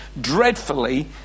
dreadfully